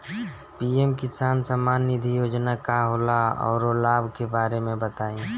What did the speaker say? PM किसान सम्मान निधि योजना का होला औरो लाभ के बारे में बताई?